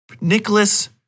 Nicholas